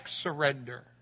surrender